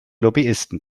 lobbyisten